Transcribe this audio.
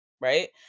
Right